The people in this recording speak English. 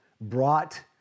brought